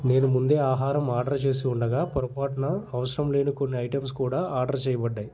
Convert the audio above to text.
నేను ముందే ఆహారం ఆర్డర్ చేసి ఉండగా పొరపాటున అవసరం లేని కొన్ని ఐటమ్స్ కూడా ఆర్డర్ చేయబడ్డాయి